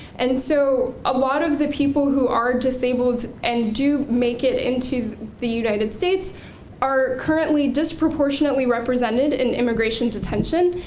and so a lot of the people who are disabled and do make it into the united states are currently disproportionately represented in immigration detention,